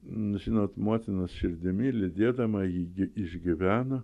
nu žinot motinos širdimi lydėdama ji gi išgyvena